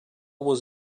was